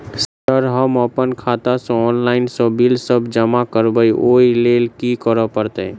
Sir हम अप्पन खाता सऽ ऑनलाइन सऽ बिल सब जमा करबैई ओई लैल की करऽ परतै?